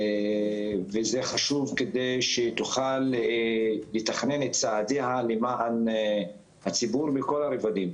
זה חשוב כדי שהיא תוכל לתכנן את צעדיה למען הציבור בכל הרבדים.